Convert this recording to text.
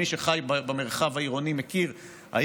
מי שחי במרחב העירוני מכיר את זה,